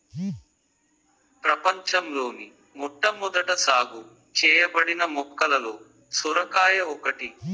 ప్రపంచంలోని మొట్టమొదట సాగు చేయబడిన మొక్కలలో సొరకాయ ఒకటి